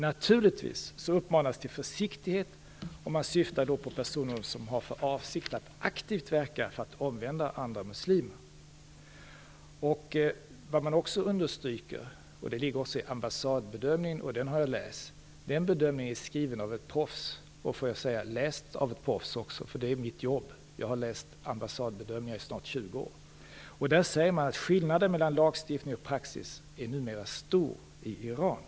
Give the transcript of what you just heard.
Naturligtvis uppmanas det till försiktighet, och man syftar då på personer som har för avsikt att aktivt verka för att omvända muslimer. Ambassadbedömningen, som jag har läst, är skriven av ett proffs och jag kan också säga läst av ett proffs. Det är mitt jobb - jag har läst ambassadbedömningar i snart 20 år. Där säger man att skillnaden mellan lagstiftning och praxis numera är stor i Iran.